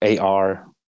AR